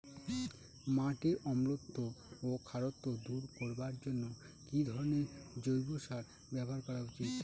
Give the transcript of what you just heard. মাটির অম্লত্ব ও খারত্ব দূর করবার জন্য কি ধরণের জৈব সার ব্যাবহার করা উচিৎ?